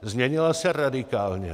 Změnila se radikálně.